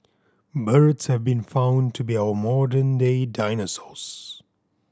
birds have been found to be our modern day dinosaurs